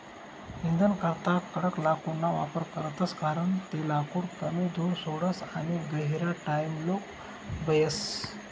इंधनकरता कडक लाकूडना वापर करतस कारण ते लाकूड कमी धूर सोडस आणि गहिरा टाइमलोग बयस